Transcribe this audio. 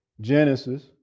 Genesis